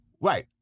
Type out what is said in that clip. Right